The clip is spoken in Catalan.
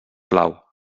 plau